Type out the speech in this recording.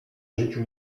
życiu